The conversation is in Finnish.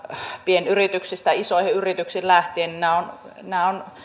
pienyrityksistä lähtien isoihin yrityksiin asti nämä yhteydet ovat